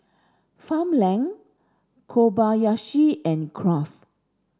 Farmland Kobayashi and Kraft